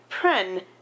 Pren